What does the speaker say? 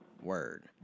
word